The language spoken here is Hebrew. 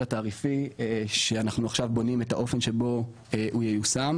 התעריפי שאנחנו עכשיו בונים את האופן שבו הוא ייושם,